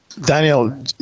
Daniel